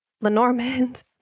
Lenormand